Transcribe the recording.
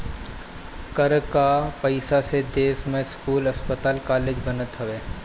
कर कअ पईसा से देस में स्कूल, अस्पताल कालेज बनत हवे